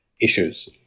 issues